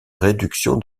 réduction